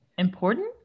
important